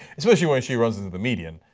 especially when she runs into the median.